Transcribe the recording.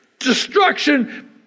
Destruction